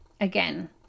again